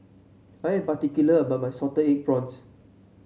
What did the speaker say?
I am particular about my Salted Egg Prawns